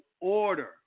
order